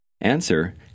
Answer